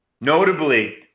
Notably